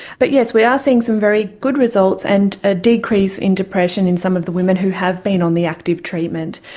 but yes, we are seeing some very good results and a decrease in depression in some of the women who have been on the active treatment.